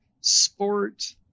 sport